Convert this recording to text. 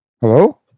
hello